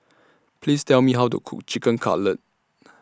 Please Tell Me How to Cook Chicken Cutlet